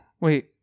wait